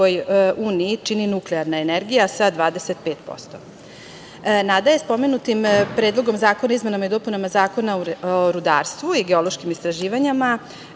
samoj EU čini nuklearne energija sa 25%.Nadalje, spomenutim Predlogom zakona o izmenama i dopunama Zakona o rudarstvu i geološkim istraživanjima